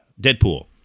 Deadpool